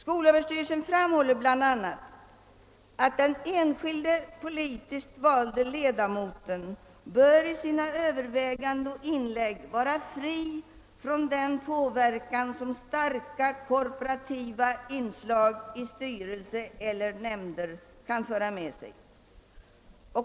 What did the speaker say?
Skolöverstyrelsen framhåller bl.a. att den enskilde politiskt valde ledamoten i sina överväganden och inlägg bör vara fri från den påverkan som starka korporativa inslag i styrelser eller nämnder kan föra med sig.